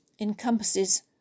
encompasses